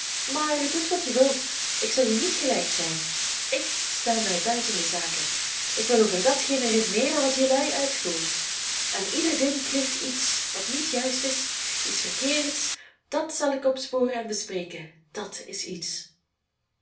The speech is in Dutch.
maar doet wat je wilt ik zal je niet gelijk zijn ik stel mij buiten de zaken ik wil over datgene redeneeren wat jelui uitvoert aan ieder ding kleeft iets wat niet juist is iets verkeerds dat zal ik opsporen en bespreken dat is iets